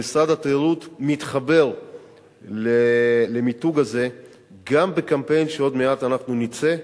משרד התיירות מתחבר למיתוג הזה גם בקמפיין שעוד מעט נצא בו.